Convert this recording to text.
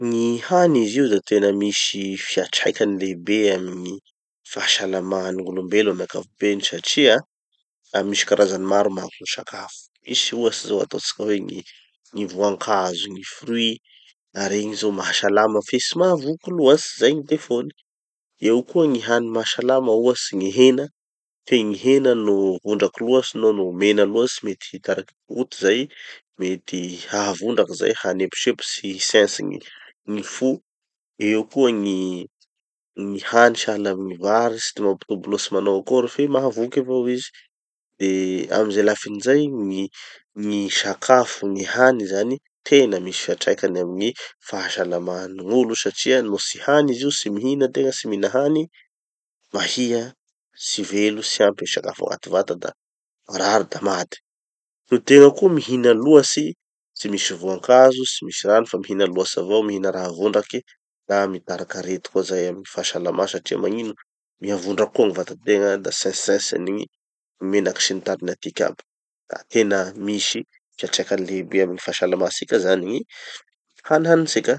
Gny hany izy io da tena misy fiatraikany lehibe amy gny fahasalaman'ny gn'olom-belo amy ankapobeny satria misy karazany maro manko gny sakafo. Misy ohatsy zao ataotsika hoe gny gny voankazo gny fruits, da regny zao mahasalama fe tsy mahavoky loatsy, zay gny defaut-ny. Eo koa gny hany mahasalama ohatsy gny hena, fe gny hena no vondraky loatsy na no mena loatsy mety hitariky goute zay, mety hahavondraky zay hanemposempotsy hitsentsy gny fo. Eo koa gny gny hany sahala amy gny vary, tsy de mampitombo loatsy manao akory fe mahavoky avao izy. De amy ze lafiny zay gny gny sakafo gny hany zany tena misy fiatraikany amy gny fahasalaman'ny gn'olo satria no tsy hany izy io tsy mihina tegna, tsy mihina hany, mahia tsy velo tsy ampy gny sakafo agnaty vata da marary da maty. No tegna koa mihina loatsy, tsy misy voankazo, tsy misy rano fa mihina loatsy avao mihina raha vondraky, da mitariky arety koa zay amy gny fahasalamà satria magnino? miha vondraky koa gny vatategna da tsentsitsentsin'gny menaky sy ny tariny atiky aby. Da tena misy fiatraikany lehibe amy gny fahasalamatsika zany gny hany hanitsika.